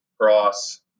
cross